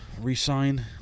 re-sign